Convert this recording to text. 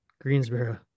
Greensboro